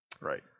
right